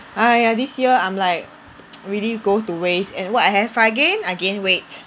!aiya! this year I'm like really go to waste and what have I gain I gained weight